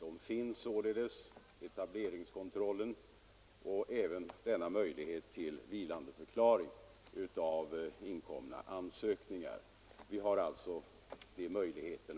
Således finns etableringskontrollen och även möjligheten till vilandeförklaring av inkommande ansökningar. De möjligheterna föreligger alltså.